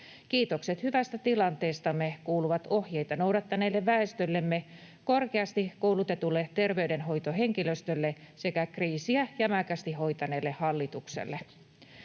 Kiitokset hyvästä tilanteestamme kuuluvat ohjeita noudattaneelle väestöllemme, korkeasti koulutetulle terveydenhoitohenkilöstölle sekä kriisiä jämäkästi hoitaneelle hallitukselle.